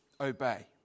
obey